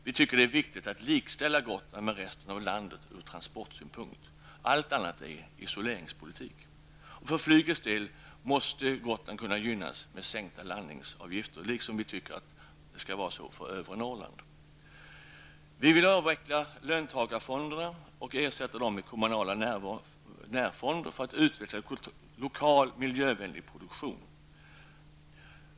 Vi tycker att det är viktigt att ur transportsynpunkt likställa Gotland med resten av landet. Allt annat är isoleringspolitik. För flygets del måste Gotland gynnas med sänkta landningsavgifter. Så tycker vi också att det skall vara för övre Norrland. Vi vill avveckla löntagarfonderna och ersätta dem med kommunala närfonder för att utveckla lokal miljövänlig produktion.